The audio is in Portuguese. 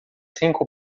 cinco